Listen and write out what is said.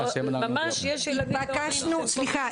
סליחה,